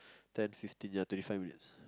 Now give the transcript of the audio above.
ten fifteen ya twenty five minutes